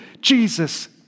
Jesus